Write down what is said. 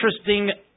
interesting